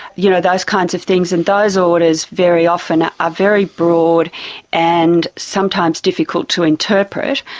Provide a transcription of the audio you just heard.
you know, those kinds of things. and those orders very often are very broad and sometimes difficult to interpret.